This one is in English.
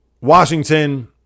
Washington